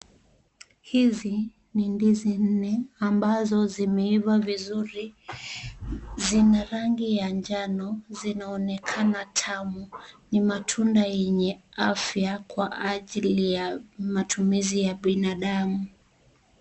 Hizi ni ndizi nne ambazo zimeiva vizuri. Zina rangi ya njano, zinaonekana tamu. Ni matunda yenye afya kwa ajili ya matumizi ya binadamu.